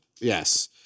Yes